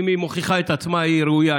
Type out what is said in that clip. אם היא מוכיחה את עצמה היא ראויה,